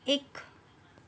एक